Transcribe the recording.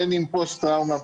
בין אם פוסט טראומה,